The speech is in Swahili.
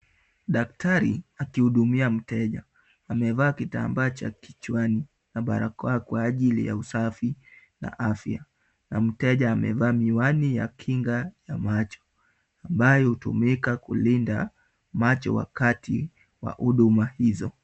Daktari, akihudumia mteja, amevaa kitambaa cha kichwani na barakoa kwa ajili ya usafi, na afya. Na mteja amevaa miwani ya kinga na macho. Ambaye hutumika kulinda macho wakati wa huduma hizo.